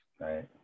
Right